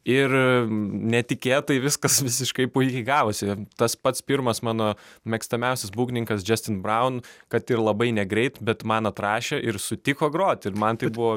ir netikėtai viskas visiškai puikiai gavosi tas pats pirmas mano mėgstamiausias būgnininkas džestin braun kad ir labai negreit bet man atrašė ir sutiko grot ir man tai buvo